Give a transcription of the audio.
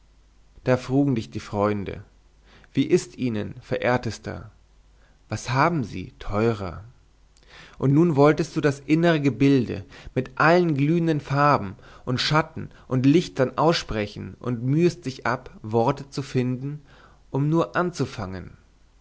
da frugen dich die freunde wie ist ihnen verehrter was haben sie teurer und nun wolltest du das innere gebilde mit allen glühenden farben und schatten und lichtern aussprechen und mühtest dich ab worte zu finden um nur anzufangen